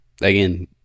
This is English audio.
again